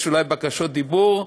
יש אולי בקשות דיבור.